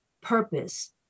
purpose